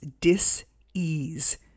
dis-ease